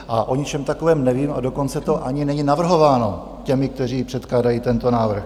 O ničem takovém nevím, a dokonce to ani není navrhováno těmi, kteří předkládají tento návrh.